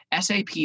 SAP